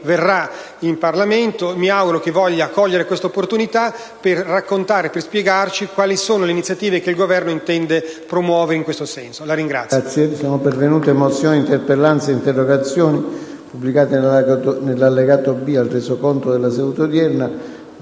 verra in Parlamento e mi auguro che voglia cogliere questa opportunita` per raccontare e spiegarci quali sono le iniziative che il Governo intende promuovere in questo senso. (Applausi